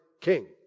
king